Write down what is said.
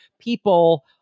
people